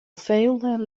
veel